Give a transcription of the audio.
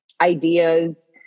ideas